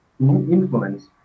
Influence